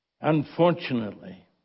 Unfortunately